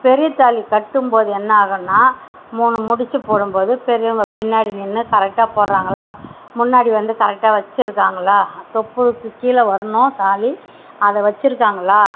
பெரியத்தாலி கட்டும்போது என்னாகும்னா மூணு முடுச்சு போடும்போது பெரியவங்க பின்னாடி நின்று கரெக்டா போடுறாங்களா முன்னாடி வந்து கரெக்டா வச்சுருக்காங்களா தொப்புளுக்கு கீழே வரணும் தாலி அதை வச்சுருக்காங்களா